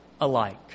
alike